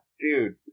Dude